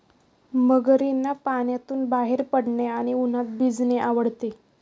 मगरींना पाण्यातून बाहेर पडणे आणि उन्हात भिजणे आवडते